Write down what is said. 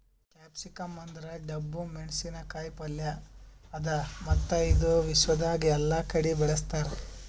capsicum ಅಂದುರ್ ಡಬ್ಬು ಮೆಣಸಿನ ಕಾಯಿ ಪಲ್ಯ ಅದಾ ಮತ್ತ ಇದು ವಿಶ್ವದಾಗ್ ಎಲ್ಲಾ ಕಡಿ ಬೆಳುಸ್ತಾರ್